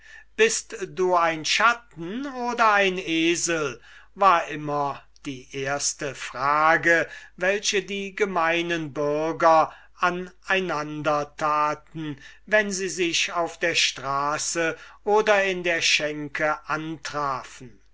bist du ein schatten oder ein esel war immer die erste frage die die gemeinen bürger an einander taten wenn sie sich auf der straße oder in der schenke antrafen